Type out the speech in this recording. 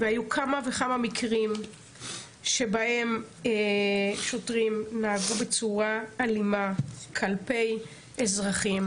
היו כמה וכמה מקרים שבהם שוטרים נהגו בצורה אלימה כלפי אזרחים,